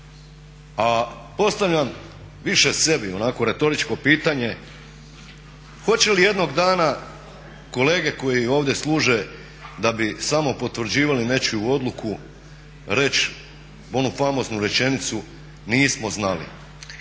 A postavljam više sebi onako retoričko pitanje hoće li jednog dana kolege koji ovdje služe da bi samo potvrđivali nečiju odluku reći onu famoznu rečenicu nismo znali?